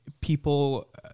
people